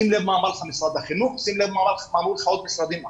שים לב מה אמר לך משרד החינוך ומה אמרו לך עוד משרדים אחרים.